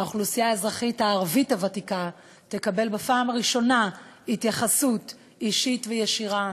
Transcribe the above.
האוכלוסייה הערבית הוותיקה תקבל בפעם הראשונה התייחסות אישית וישירה